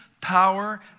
power